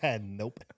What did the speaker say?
Nope